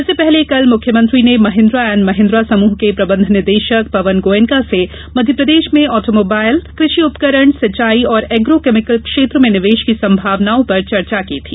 इससे पहले कल मुख्यमंत्री ने महिन्द्रा एण्ड महिन्द्रा समूह के प्रबंध निदेशक पवन गोयनका से मध्यप्रदेश में ऑटोमोबाईल कृषि उपकरण सिंचाई और एग्रो केमिकल क्षेत्र में निवेश की संभावनाओं पर चर्चा की थी